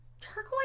turquoise